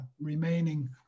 remaining